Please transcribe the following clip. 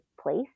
place